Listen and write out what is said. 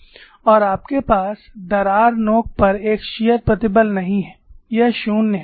और आपके पास दरार नोक पर एक शियर प्रतिबल नहीं है यह 0 है